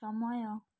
ସମୟ